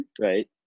right